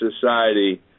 society